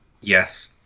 Yes